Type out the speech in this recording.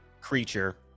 creature